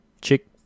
chick